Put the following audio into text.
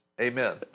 Amen